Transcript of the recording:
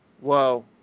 whoa